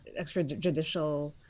extrajudicial